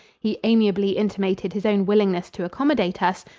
he amiably intimated his own willingness to accommodate us,